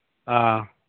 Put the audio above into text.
ꯑꯥ